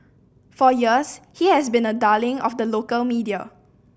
for years he has been a darling of the local media